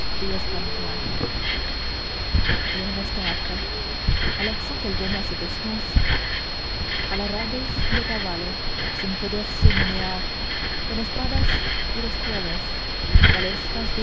et un instant après à l'accent qu'elle donnait à cette stance alarabes